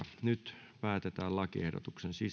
nyt päätetään lakiehdotuksen sisällöstä